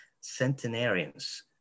centenarians